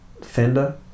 Fender